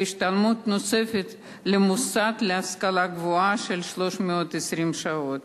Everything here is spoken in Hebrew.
והשתלמות נוספת במוסד להשכלה גבוהה של 320 שעות.